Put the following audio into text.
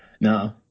No